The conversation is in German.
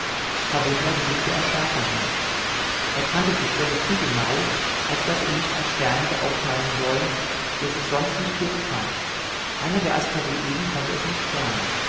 verwundert blickte er schärfer hin er kannte die stelle zu genau als daß ihm nicht ein stern hätte auffallen sollen der sich sonst nicht hier befand einer der asteroiden konnte es nicht sein